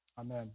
Amen